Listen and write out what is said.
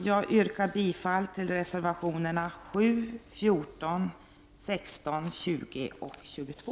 Jag yrkar bifall till reservationerna 7, 14, 16, 20 och 22.